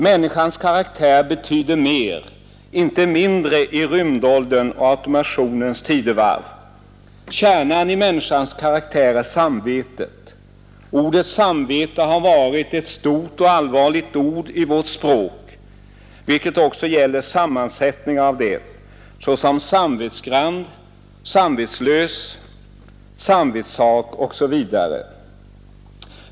Människans karaktär betyder mer, inte mindre, i rymdålderns och automationens tidevarv. Kärnan i människans karaktär är samvetet. Ordet samvete har varit ett stort och allvarligt ord i vårt språk, vilket också gäller sammansättningar med det, såsom samvetsgrann, samvetslös, samvetssak osv.